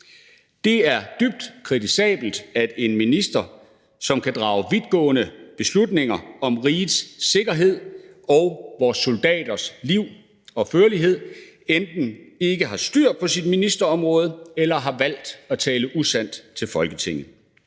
Det er dybt kritisabelt, at en minister, som kan drage vidtgående beslutninger om rigets sikkerhed og vores soldaters liv og førlighed, enten ikke har styr på sit ministerområde eller har valgt at tale usandt over for Folketinget.